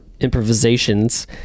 improvisations